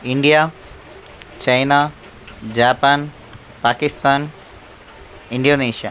India China Japan Pakistan Indonesia